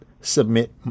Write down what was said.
submit